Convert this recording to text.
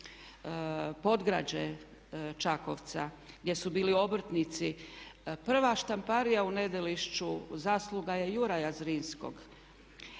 podgrađe Čakovca gdje su bili obrtnici. Prva štamparija u Nedelišću, zasluga je Juraja Zrinskog.